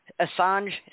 Assange